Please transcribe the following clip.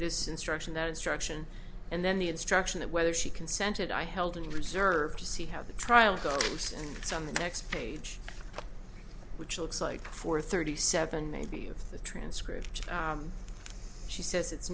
this instruction that instruction and then the instruction that whether she consented i held in reserve to see how the trial goes and gets on the next page which looks like four thirty seven maybe if the transcript she